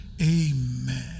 Amen